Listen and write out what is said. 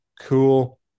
cool